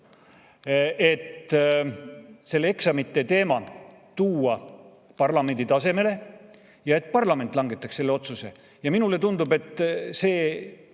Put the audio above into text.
et see eksamite teema tuua parlamendi tasemele ja et parlament langetaks selle otsuse. Minule tundub, et see